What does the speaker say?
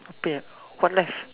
apa yang what left